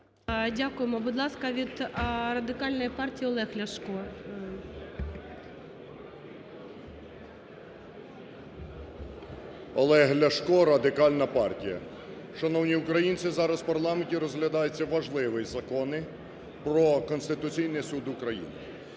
Дякуємо. Будь ласка, від Радикальної партії Олег Ляшко. 11:50:49 ЛЯШКО О.В. Олег Ляшко, Радикальна партія. Шановні українці, зараз в парламенті розглядається важливий закон про Конституційний Суд України.